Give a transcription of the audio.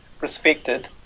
respected